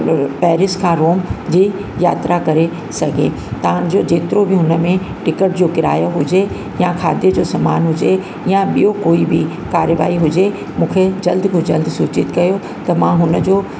Paris खां Rome जी यात्रा करे सघे तव्हां जो जेतिरो बि हुन में टिकट जो किरायो हुजे या खाधे जो सामान हुजे या ॿियों कोई बि कार्यवाही ई हुजे मूंखे जल्द खां जल्द सूचित कयो त मां हुन जो